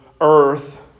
earth